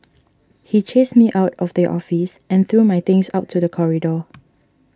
he chased me out of the office and threw my things out to the corridor